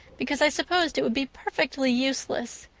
because i supposed it would be perfectly useless.